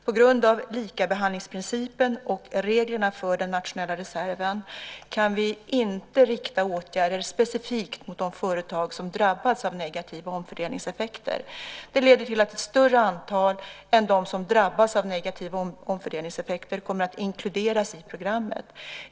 På grund av likabehandlingsprincipen och reglerna för den nationella reserven kan vi inte rikta åtgärder specifikt mot de företag som drabbats av negativa omfördelningseffekter. Det leder till att ett större antal än de som drabbats av negativa omfördelningseffekter kommer att inkluderas i programmet.